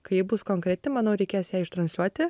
kai ji bus konkreti manau reikės ją ištransliuoti